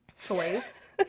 choice